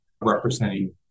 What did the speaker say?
representing